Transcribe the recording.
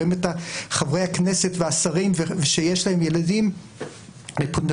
רואים את חברי הכנסת והשרים שיש להם ילדים מפונדקאות,